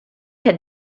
had